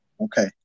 Okay